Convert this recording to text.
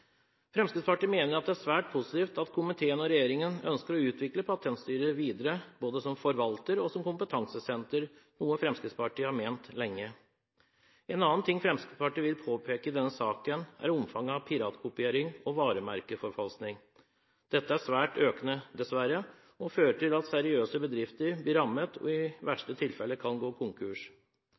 Fremskrittspartiet har i ulike saker også tidligere påpekt dette. Det er svært positivt at komiteen og regjeringen ønsker å utvikle Patentstyret videre, både som forvalter og som kompetansesenter, noe Fremskrittspartiet har ment lenge. En annen ting Fremskrittspartiet vil peke på i denne saken, er omfanget av piratkopiering og varemerkeforfalskning. Dette er svært økende – dessverre – og fører til at seriøse bedrifter blir rammet og i verste fall kan gå konkurs.